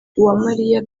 uwamariya